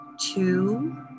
Two